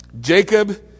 Jacob